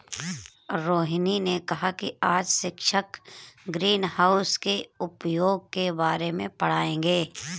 रोहिनी ने कहा कि आज शिक्षक ग्रीनहाउस के उपयोग के बारे में पढ़ाएंगे